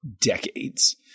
decades